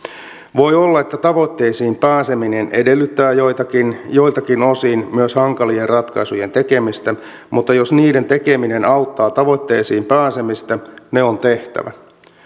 voi olla että tavoitteisiin pääseminen edellyttää joiltakin joiltakin osin myös hankalien ratkaisujen tekemistä mutta jos niiden tekeminen auttaa tavoitteisiin pääsemistä ne on tehtävä